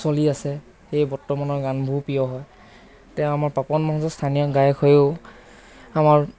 চলি আছে এই বৰ্তমানৰ গানবোৰ প্ৰিয় হয় তেওঁ আমাৰ পাপন মহন্ত স্থানীয় গায়ক হৈও আমাৰ